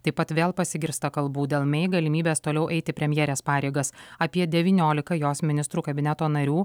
taip pat vėl pasigirsta kalbų dėl mei galimybės toliau eiti premjerės pareigas apie devyniolika jos ministrų kabineto narių